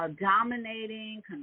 dominating